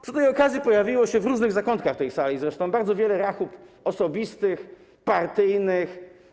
Przy tej okazji pojawiło się, w różnych zakątkach tej sali zresztą, bardzo wiele rachub osobistych, partyjnych.